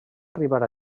arribar